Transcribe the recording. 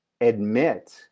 admit